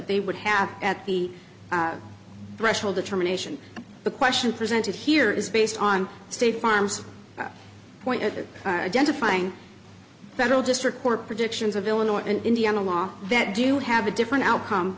they would have at the threshold determination the question presented here is based on state farm's point it to find federal district court predictions of illinois and indiana law that do have a different outcome